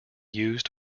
used